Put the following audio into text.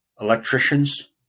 electricians